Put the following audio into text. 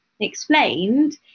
explained